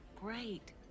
great